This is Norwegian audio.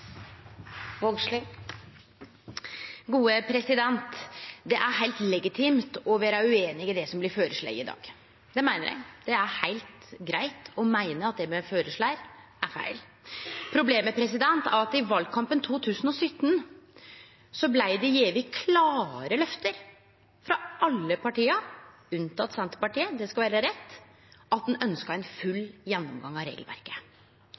er heilt legitimt å vere ueinig i det som blir føreslått i dag. Det meiner eg, det er heilt greitt å meine at det me føreslår, er feil. Problemet er at i valkampen 2017 blei det gjeve klare lovnader frå alle partia, unntatt Senterpartiet – det skal vere rett – om at ein ønskte ein full gjennomgang av regelverket.